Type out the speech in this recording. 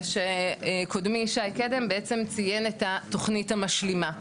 שקודמי שי קדם בעצם ציין את התוכנית המשלימה,